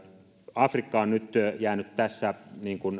afrikka on nyt jäänyt tässä